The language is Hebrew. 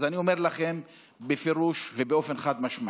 אז אני אומר לכם בפירוש וחד-משמעית: